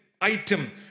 item